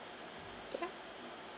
yup